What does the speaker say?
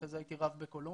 אחרי זה הייתי רב בקולומביה.